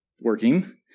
working